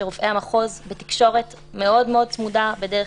שרופאי המחוז בתקשורת מאוד מאוד צמודה בדרך